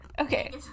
okay